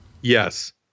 yes